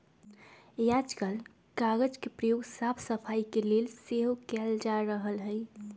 याजकाल कागज के प्रयोग साफ सफाई के लेल सेहो कएल जा रहल हइ